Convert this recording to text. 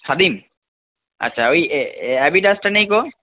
খাদিম আচ্ছা ওই এ এ অ্যাডিডাসটা নেই কো